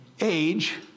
age